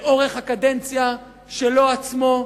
באורך הקדנציה שלו עצמו,